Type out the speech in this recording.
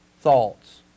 thoughts